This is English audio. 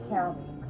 County